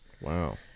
Wow